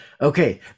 okay